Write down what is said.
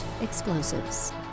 explosives